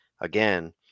again